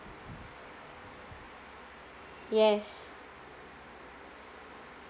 yes